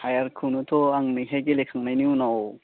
हायेरखौनोथ' आं बेहाय गेलेखांनायनि उनाव